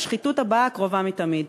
והשחיתות הבאה קרובה מתמיד.